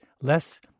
less